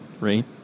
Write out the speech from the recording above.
right